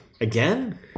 again